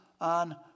on